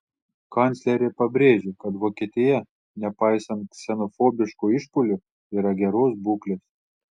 kanclerė pabrėžė kad vokietija nepaisant ksenofobiškų išpuolių yra geros būklės